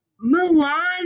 Milan